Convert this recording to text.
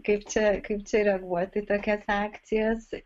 kaip čia kaip čia reaguoti į tokias akcijas